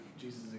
Jesus